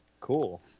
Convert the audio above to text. Cool